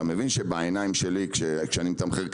אתה מבין שבעיניים שלי כשאני מתמחר,